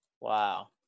Wow